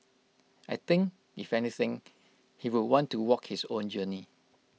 I think if anything he would want to walk his own journey